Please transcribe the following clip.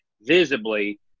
visibly